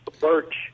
birch